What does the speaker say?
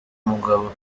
mugabo